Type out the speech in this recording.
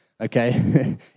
okay